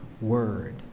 word